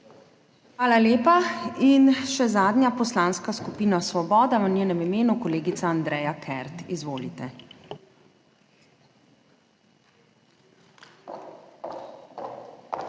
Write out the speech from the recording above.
Hvala lepa. In še zadnja Poslanska skupina Svoboda, v njenem imenu kolegica Andreja Kert. Izvolite.